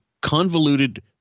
Convoluted